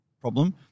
problem